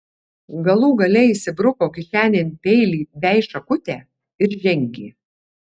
galų gale įsibruko kišenėn peilį bei šakutę ir žengė